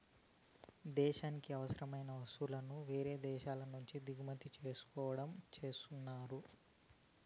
దేశానికి అవసరమైన వస్తువులను వేరే దేశాల నుంచి దిగుమతి చేసుకోవడం చేస్తున్నారు